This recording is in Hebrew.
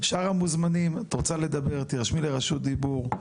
שאר המוזמנים שרוצים לדבר נרשמים לרשות דיבור.